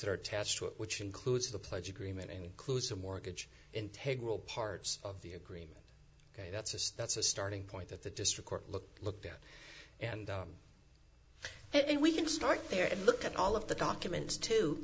that are attached to it which includes the pledge agreement includes a mortgage integrity parts of the agreement ok that's us that's a starting point that the district court looked looked at and it we can start there and look at all of the documents to